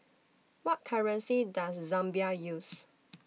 What currency Does Zambia use